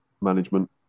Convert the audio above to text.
management